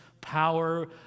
power